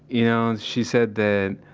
you know and she said that,